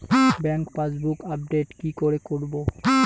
Bank passbook update কি করে করবো?